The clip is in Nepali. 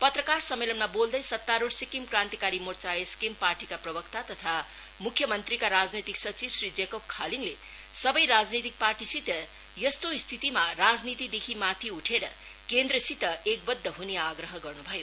पत्रकार सम्मेलनमा बोल्दै सत्तारुढ़ सिक्किम क्रान्तिकारी मोर्चा एसकेएम पार्टी प्रवक्ता तथा मुख्यमन्त्रीका राजनैतिक सचिव श्री जेकोब खालिङले सबै राजनैतिक पार्टीसित यस्तो स्थितिमा राजनीति देखि माथि उठेर केन्द्रसित एकबद्ध हुने आग्रह गर्नु भयो